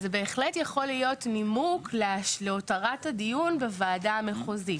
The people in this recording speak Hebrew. אז בהחלט יכול להיות נימו להותרת הדיון בוועדה המחוזית.